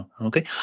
Okay